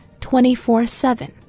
24-7